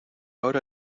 hora